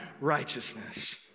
righteousness